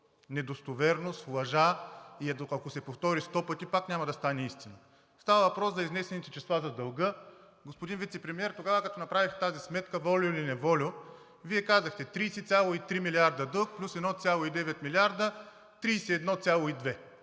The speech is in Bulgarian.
недостоверност, лъжа и ако се повтори 100 пъти, пак няма да стане истина. Става въпрос за изнесените числа за дълга. Господин Вицепремиер, тогава, като направихте тази сметка волю или неволю, Вие казахте: „30,3 милиарда дълг, плюс 1,9 милиарда – 31,2.“ И оттам